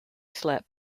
slept